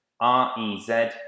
R-E-Z